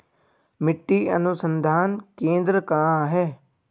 मिट्टी अनुसंधान केंद्र कहाँ है?